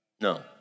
No